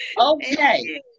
Okay